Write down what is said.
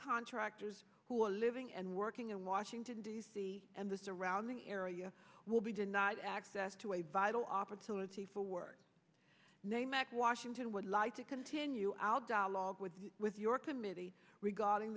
contractors who are living and working in washington d c and the surrounding area will be denied access to a vital opportunity for work name act washington would like to continue our dialogue with with your committee regarding